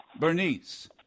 Bernice